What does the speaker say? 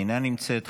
אינה נמצאת,